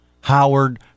Howard